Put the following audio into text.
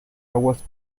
aguas